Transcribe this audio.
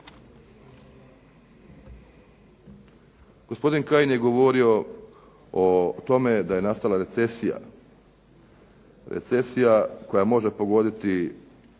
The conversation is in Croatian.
Gospodin Kajin je govorio o tome da je nastala recesija. Recesija koja može pogoditi